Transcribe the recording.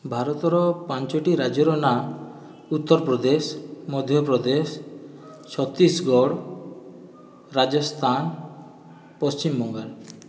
ଭାରତର ପାଞ୍ଚଟି ରାଜ୍ୟର ନାଁ ଉତ୍ତରପ୍ରଦେଶ ମଧ୍ୟପ୍ରଦେଶ ଛତିଶଗଡ଼ ରାଜସ୍ତାନ ପଶ୍ଚିମବଙ୍ଗାଲ